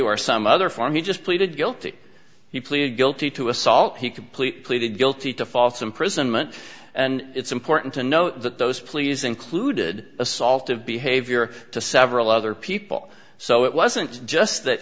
or some other form he just pleaded guilty he pleaded guilty to assault he completely pleaded guilty to false imprisonment and it's important to note that those pleas included assaultive behavior to several other people so it wasn't just that